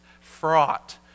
fraught